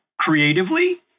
creatively